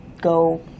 go